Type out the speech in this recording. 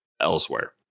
elsewhere